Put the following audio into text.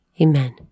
Amen